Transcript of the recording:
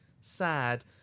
sad